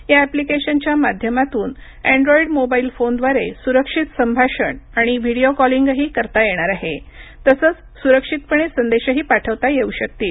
या एप्लिकेशनच्या माध्यमातून एंड्रॉइड मोबाइल फोनद्वारे सुरक्षित संभाषण आणि व्हीडियो कॉलिंगही करता येणार आहे तसंच सुरक्षितपणे संदेशही पाठवता येऊ शकतील